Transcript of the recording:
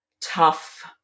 tough